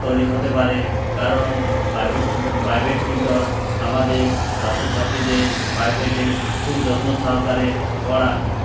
তৈরি হতে পারে কারণ প্রাইভেট প্রাইভেট টিউটর আমাদের ছাত্রছাত্রীদের প্রাইভেটে খুব যত্ন সহকারে পড়ান